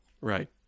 Right